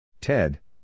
Ted